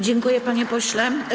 Dziękuję, panie pośle.